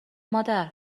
مادر